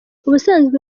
ubusanzwe